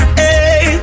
hey